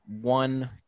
one